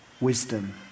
wisdom